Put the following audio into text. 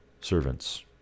servants